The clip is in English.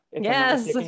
yes